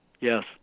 Yes